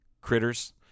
Critters